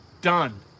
done